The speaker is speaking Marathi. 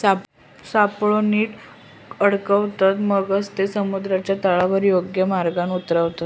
सापळो नीट अडकवतत, मगच ते समुद्राच्या तळावर योग्य मार्गान उतारतत